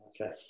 Okay